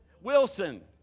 Wilson